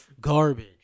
garbage